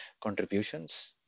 contributions